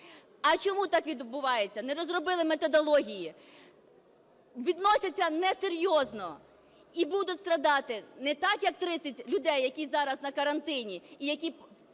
А чому так відбувається? Не розробили методології, відносяться несерйозно. І будуть страждати не так, як 30 людей, які зараз на карантині і яких